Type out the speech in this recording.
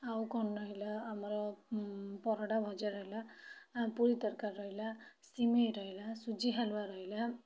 ଆଉ କ'ଣ ରହିଲା ଆମର ପରଟା ଭଜା ରହିଲା ପୁରୀ ତରକାରୀ ରହିଲା ସିମେଇ ରହିଲା ସୁଜି ହାଲୁଆ ରହିଲା